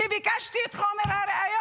כי ביקשתי את חומר הראיות?